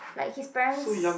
like his parents